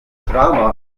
drama